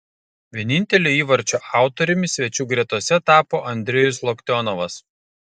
vienintelio įvarčio autoriumi svečių gretose tapo andrejus loktionovas